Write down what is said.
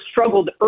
struggled